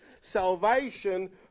salvation